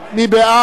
מי בעד?